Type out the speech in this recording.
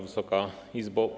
Wysoka Izbo!